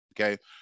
Okay